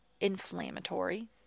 inflammatory